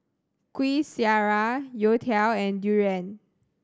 Kuih Syara youtiao and durian